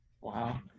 Wow